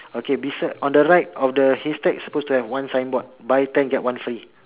okay beside on the right of the haystack suppose to have one signboard buy ten get one free